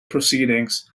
proceedings